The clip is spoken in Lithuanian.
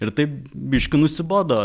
ir taip biškį nusibodo